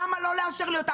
למה לא לאשר לי אותה?